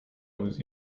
was